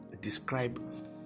describe